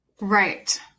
Right